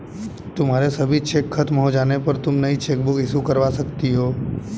तुम्हारे सभी चेक खत्म हो जाने पर तुम नई चेकबुक इशू करवा सकती हो